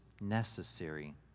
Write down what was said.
necessary